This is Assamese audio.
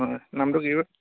হয় নামটো কি হয়